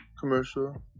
Commercial